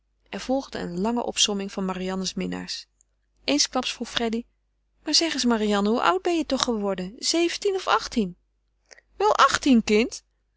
er volgde een lange opsomming van mariannes's minnaars eensklaps vroeg freddy maar zeg eens marianne hoe oud ben je toch geworden zeventien of achttien wel achttien kind